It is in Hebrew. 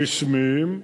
רשמיים,